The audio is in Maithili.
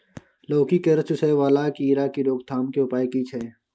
लौकी के रस चुसय वाला कीरा की रोकथाम के उपाय की छै?